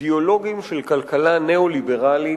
אידיאולוגים של כלכלה ניאו-ליברלית,